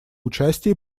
участие